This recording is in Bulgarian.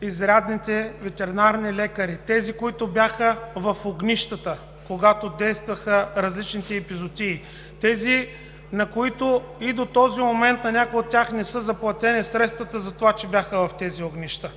изрядните ветеринарни лекари – тези, които бяха в огнищата, когато действаха различните епизоотии, тези, на някои от които не са заплатени средствата, че бяха в тези огнища.